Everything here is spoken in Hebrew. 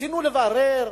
ניסינו לברר: